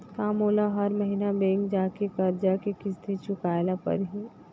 का मोला हर महीना बैंक जाके करजा के किस्ती चुकाए ल परहि?